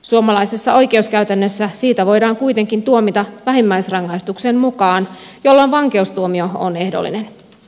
suomalaisessa oikeuskäytännössä siitä voidaan kuitenkin tuomita vähimmäisrangaistuksen mukaan jolloin vankeustuomio on ehdollinen